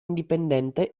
indipendente